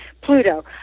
Pluto